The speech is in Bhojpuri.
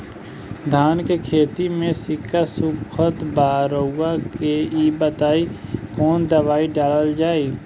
धान के खेती में सिक्का सुखत बा रउआ के ई बताईं कवन दवाइ डालल जाई?